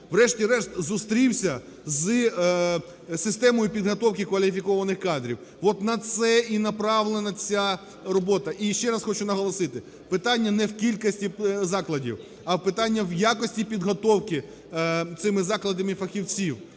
врешті-решт зустрівся з системою підготовки кваліфікованих кадрів. От на це і направлена ця робота. І ще раз хочу наголосити, питання не в кількості закладів, а питання в якості підготовки цими закладами фахівців.